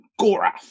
Gorath